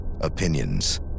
Opinions